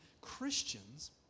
Christians